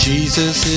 Jesus